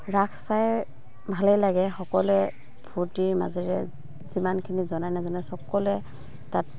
ৰাস চাই ভালেই লাগে সকলোৱে ফূৰ্তিৰ মাজেৰে যিমানখিনি জনাই নজনাই সকলোৱে তাত